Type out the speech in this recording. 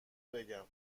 بگم